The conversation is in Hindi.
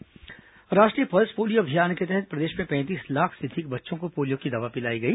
पल्स पोलियो अभियान राष्ट्रीय पल्स पोलियो अभियान के तहत प्रदेश में पैंतीस लाख से अधिक बच्चों को पोलियो की दवा पिलाई गई